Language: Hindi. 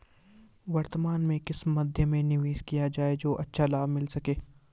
वर्तमान में किस मध्य में निवेश किया जाए जो अच्छा लाभ मिल सके?